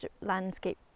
landscape